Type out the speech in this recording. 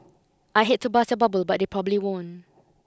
I hate to burst your bubble but they probably won't